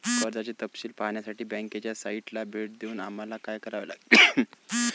कर्जाचे तपशील पाहण्यासाठी बँकेच्या साइटला भेट देऊन आम्हाला काय करावे लागेल?